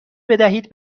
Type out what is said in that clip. بدهید